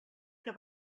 que